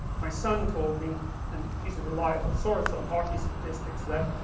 my son told me and he is a reliable source on hockey statistics, that